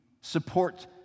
support